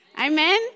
amen